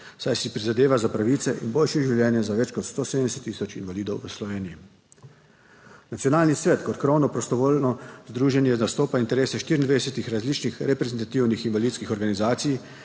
saj si prizadeva za pravice in boljše življenje za več kot 170 tisoč invalidov v Sloveniji. Nacionalni svet kot krovno prostovoljno združenje zastopa interese 24 različnih reprezentativnih invalidskih organizacij,